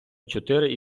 чотири